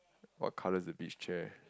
what colour is the beach chair